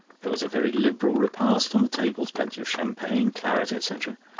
there was a very liberal repast on the tables, plenty of champagne, claret, etc,